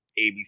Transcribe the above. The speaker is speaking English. ABC